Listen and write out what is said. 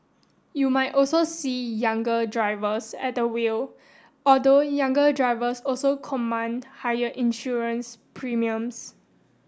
you might also see younger drivers at the wheel although younger drivers also command higher insurance premiums